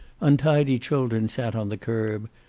untidy children sat on the curb,